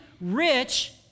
rich